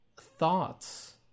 thoughts